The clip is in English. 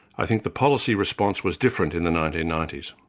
i think the policy response was different in the nineteen ninety s.